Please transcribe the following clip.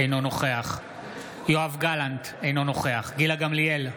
אינו נוכח יואב גלנט, אינו נוכח גילה גמליאל,